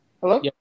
Hello